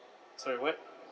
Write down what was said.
sorry what